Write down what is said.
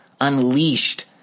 unleashed